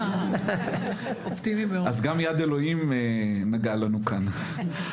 גם יד אלוהים נגעה לנו כאן.